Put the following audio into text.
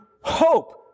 hope